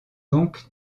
donc